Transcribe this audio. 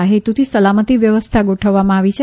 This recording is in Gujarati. આ હેતુથી સલામતિ વ્યવસ્થા ગોઠવવામાં આવી છે